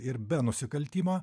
ir be nusikaltimo